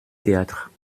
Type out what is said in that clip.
théâtre